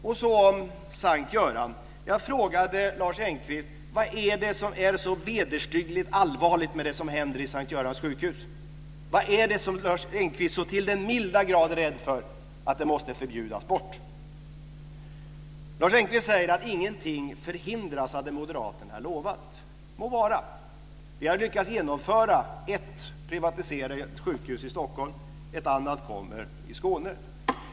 När det gäller S:t Göran frågade jag Lars Engqvist: Vad är det som är så vederstyggligt allvarligt med det som händer i S:t Görans sjukhus? Vad är det som Lars Engqvist är så till den milda grad rädd för att det måste förbjudas bort? Lars Engqvist säger att ingenting förhindras av det Moderaterna lovat. Det må vara. Vi har lyckats genomföra ett privatiserat sjukhus i Stockholm. Ett annat kommer i Skåne.